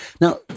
Now